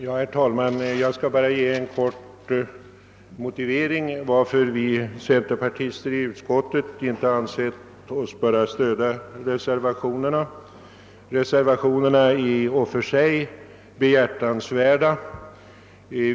Herr talman! Jag skall bara ge en kort motivering till varför centerpartisterna i utskottet inte ansett sig böra stödja reservationerna, som i och för sig är behjärtansvärda.